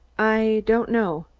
i don't know.